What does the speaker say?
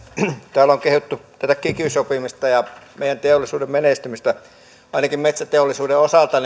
täällä on kehuttu tätä kiky sopimusta ja meidän teollisuuden menestymistä ainakin metsäteollisuuden osalta